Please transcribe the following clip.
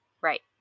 Right